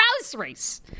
groceries